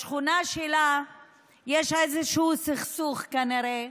בשכונה שלה יש איזשהו סכסוך, כנראה,